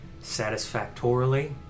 satisfactorily